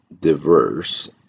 diverse